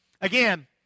Again